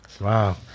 Wow